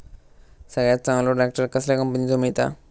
सगळ्यात चांगलो ट्रॅक्टर कसल्या कंपनीचो मिळता?